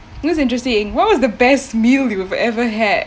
it was interesting what was the best meal you've ever had